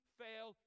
fail